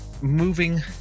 moving